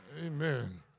Amen